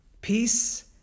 peace